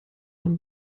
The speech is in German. und